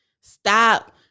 stop